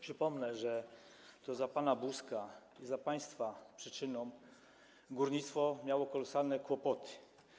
Przypomnę, że to za pana Buzka i za państwa przyczyną górnictwo miało kolosalne kłopoty.